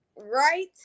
right